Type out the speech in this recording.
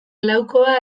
laukoa